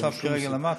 זה לא המצב כרגע למטה.